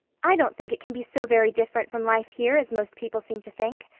i don't think it can be so very different from life here as most people seem to think.